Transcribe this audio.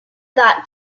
bought